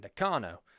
Nakano